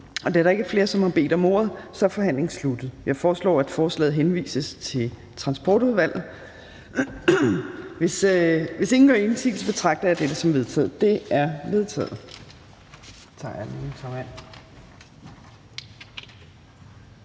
Da der ikke er flere, som har bedt om ordet, er forhandlingen sluttet. Jeg foreslår, at forslaget henvises til Transportudvalget. Hvis ingen gør indsigelse, betragter jeg dette som vedtaget. Det er vedtaget.